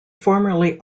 formerly